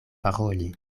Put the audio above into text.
paroli